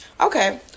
Okay